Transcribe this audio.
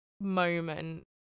moment